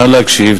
נא להקשיב,